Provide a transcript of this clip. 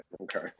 Okay